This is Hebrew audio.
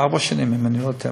אם אני לא טועה,